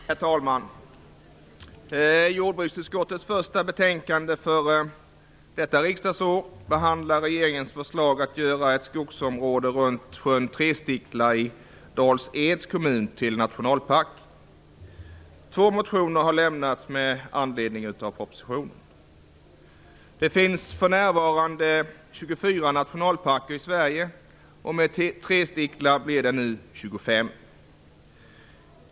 Herr talman! Jordbruksutskottets första betänkande för detta riksdagsår behandlar regeringens förslag att göra ett skogsområde runt sjön Trestickla i Dals Två motioner har lämnats med anledning av propositionen. Det finns för närvarande 24 nationalparker i Sverige. Med Trestickla blir det nu 25.